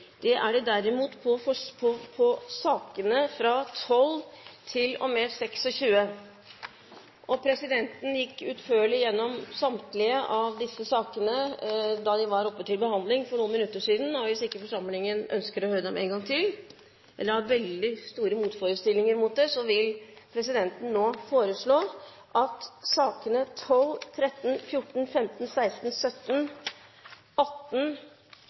12–26 da de var oppe til behandling for noen minutter siden. Hvis ikke forsamlingen ønsker å høre dem en gang til, eller har veldig store motforestillinger mot det, vil presidenten nå foreslå at det voteres samlet over sakene